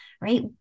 right